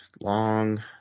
long